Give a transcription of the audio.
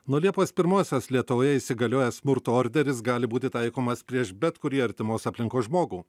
nuo liepos pirmosios lietuvoje įsigalioja smurto orderis gali būti taikomas prieš bet kurį artimos aplinkos žmogų